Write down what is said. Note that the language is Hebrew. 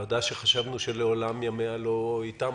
בוועדה שחשבנו שלעולם ימיה לא ייתמו,